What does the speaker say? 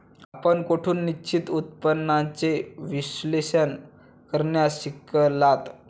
आपण कोठून निश्चित उत्पन्नाचे विश्लेषण करण्यास शिकलात?